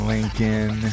Lincoln